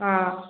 ആ